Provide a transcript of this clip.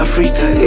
Africa